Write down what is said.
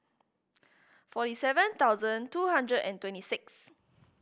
forty seven thousand two hundred and twenty six